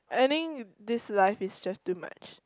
ending this life is just too much